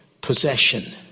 possession